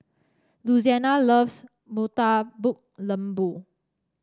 Louisiana loves Murtabak Lembu